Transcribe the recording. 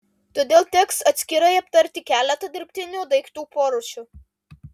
todėl teks atskirai aptarti keletą dirbtinių daiktų porūšių